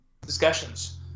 discussions